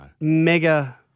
Mega